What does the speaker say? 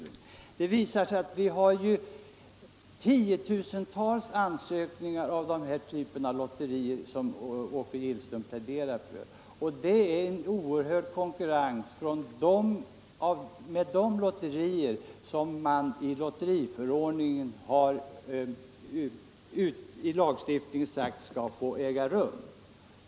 Det har visat sig att vi har tiotusentals ansökningar gällande den typ av lotterier som Åke Gillström här pläderar för, och det innebär att det blir en oerhörd konkurrens om de lotterier som enligt lagstiftningen skall få äga rum.